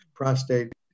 Prostate